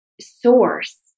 source